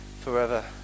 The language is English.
forever